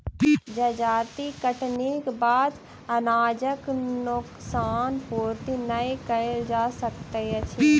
जजाति कटनीक बाद अनाजक नोकसान पूर्ति नै कयल जा सकैत अछि